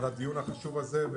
על הדיון החשוב הזה.